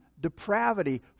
depravity